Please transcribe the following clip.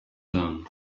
alone